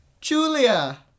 Julia